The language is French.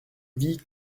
vis